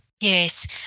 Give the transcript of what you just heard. Yes